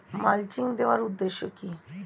Mulching দেওয়ার উদ্দেশ্য কি?